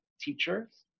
teachers